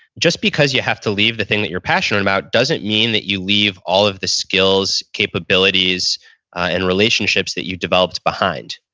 just because you have to leave the thing that you're passionate about doesn't mean that you leave all of the skills, capabilities and relationships that you developed behind.